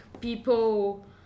people